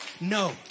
No